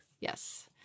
Yes